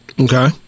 Okay